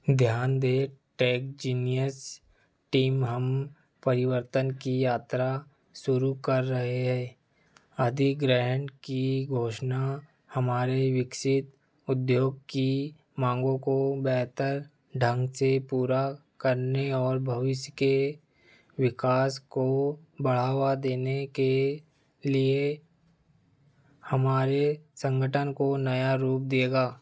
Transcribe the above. ध्यान दें TechGenius team हम परिवर्तन की यात्रा शुरू कर रहे हैं अधिग्रहण की घोषणा हमारे विकसित उद्योग की मांगों को बेहतर ढंग से पूरा करने और भविष्य के विकास को बढ़ावा देने के लिए हमारे संगठन को नया रूप देगा